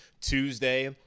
Tuesday